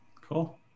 Cool